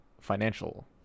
financial